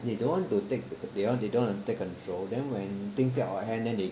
they don't want to take they want they don't want to take control then when things get out of hand then they